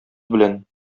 белән